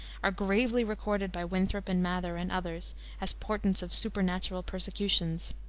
are gravely recorded by winthrop and mather and others as portents of supernatural persecutions.